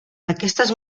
aquestes